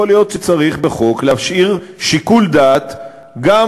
יכול להיות שצריך בחוק להשאיר שיקול דעת לממשלה,